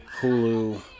Hulu